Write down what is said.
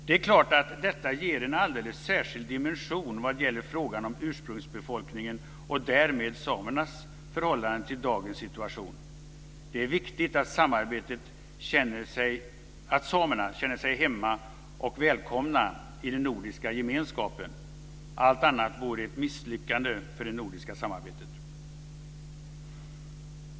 Det är klart att detta ger en alldeles särskild dimension vad gäller frågan om ursprungsbefolkningen och därmed samernas förhållande till dagens situation. Det är viktigt att samerna känner sig hemma och välkomna i den nordiska gemenskapen. Allt annat vore ett misslyckande för det nordiska samarbetet.